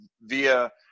via